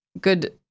good